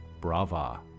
brava